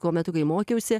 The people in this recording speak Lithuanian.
kuo metu kai mokiausi